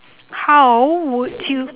how would you